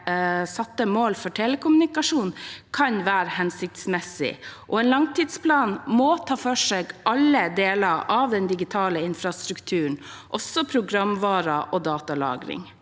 mål for telekommunikasjon kan være hensiktsmessig, og en langtidsplan må ta for seg alle deler av den digitale infrastrukturen, også programvarer og datalagring.